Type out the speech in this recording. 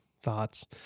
thoughts